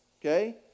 okay